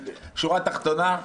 תחתונה,